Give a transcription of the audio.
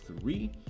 three